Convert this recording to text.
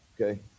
Okay